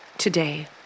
today